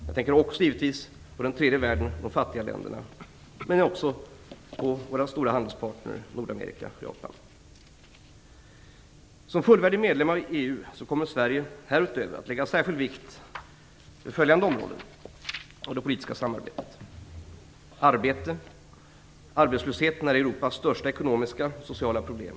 Jag tänker givetvis också på tredje världen och de fattiga länderna, men också på våra stora handelspartner Nordamerika och Som fullvärdig medlem i EU kommer Sverige härutöver att lägga särskild vikt vid följande områden inom det politiska samarbetet. - Arbete: arbetslösheten är Europas största ekonomiska och sociala problem.